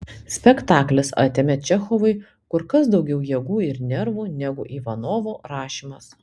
spektaklis atėmė čechovui kur kas daugiau jėgų ir nervų negu ivanovo rašymas